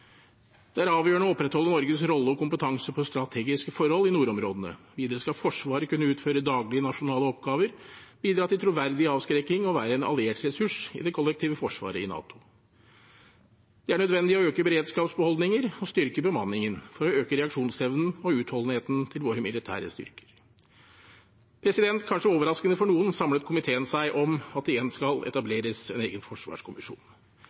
Det er avgjørende å opprettholde Norges rolle og kompetanse på strategiske forhold i nordområdene. Videre skal Forsvaret kunne utføre daglige nasjonale oppgaver, bidra til troverdig avskrekking og være en alliert ressurs i det kollektive forsvaret i NATO. Det er nødvendig å øke beredskapsbeholdninger og styrke bemanningen for å øke reaksjonsevnen og utholdenheten til våre militære styrker. Kanskje overraskende for noen samlet komiteen seg om at det igjen skal etableres en egen forsvarskommisjon.